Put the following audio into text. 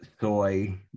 soy